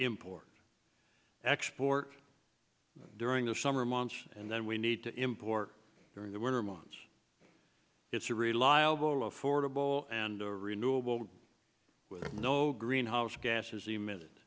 import export during the summer months and then we need to import during the winter months it's a reliable affordable and renewable with no greenhouse gases